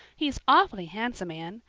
he's aw'fly handsome, anne.